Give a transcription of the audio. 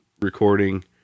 recording